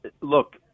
look